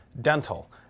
dental